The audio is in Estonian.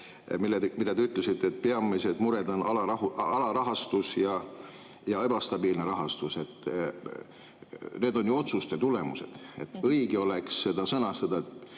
mida te ütlesite, et peamised mured on alarahastus ja ebastabiilne rahastus. Need on ju otsuste tulemused. Õige oleks seda sõnastada